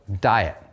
diet